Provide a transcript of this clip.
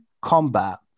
combat